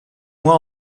moi